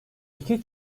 iki